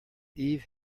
eve